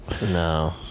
No